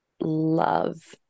love